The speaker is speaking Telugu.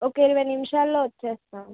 ఒక ఇరవై నిమిషాల్లో వచ్చేస్తాము